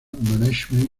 management